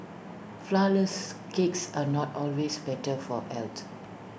Flourless Cakes are not always better for health